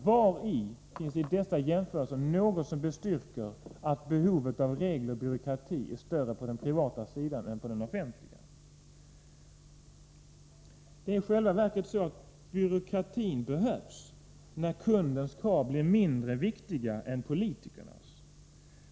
Vari finns vid dessa jämförelser något som bestyrker att behovet av regler och byråkrati är större på den privata sidan än på den offentliga? Det är i själva verket så att byråkratin behövs när kundens krav blir mindre viktiga än politikernas.